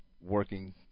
working